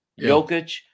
Jokic –